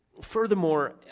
furthermore